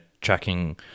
tracking